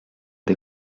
des